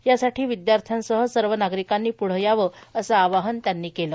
यासाठी विद्याश्र्यांसह सर्व नागरिकांनी प्ढं यावं असं आवाहन त्यांनी केलं